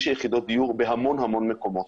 של יחידות דיור בהמון המון מקומות.